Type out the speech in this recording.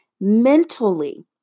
mentally